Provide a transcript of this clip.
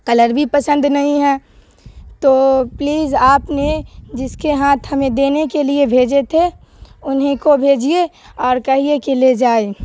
colour بھی پسند نہیں ہے تو پلیز آپ نے جس کے ہاتھ ہمیں دینے کے لیے بھیجے تھے انہیں کو بھیجیے اور کہیے کہ لے جائے